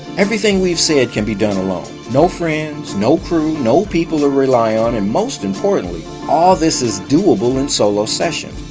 everything we've said can be done alone no friends, no crew, no people to rely on and most importantly, all this is doable in solo sessions,